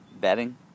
bedding